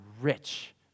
rich